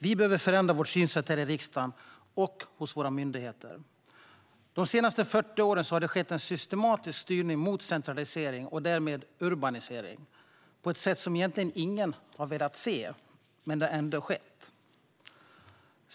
Vi behöver förändra vårt synsätt här i riksdagen och hos våra myndigheter. De senaste 40 åren har det skett en systematisk styrning mot centralisering och därmed urbanisering på ett sätt som egentligen ingen velat se men som har skett ändå.